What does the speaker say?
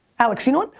alex. you know what